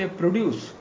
produce